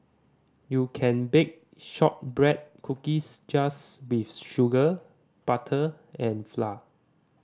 you can bake shortbread cookies just with sugar butter and flour